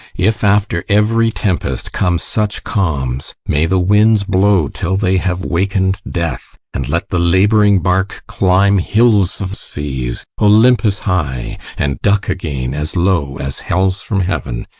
if after every tempest come such calms, may the winds blow till they have waken'd death! and let the laboring bark climb hills of seas olympus-high, and duck again as low as hell's from heaven!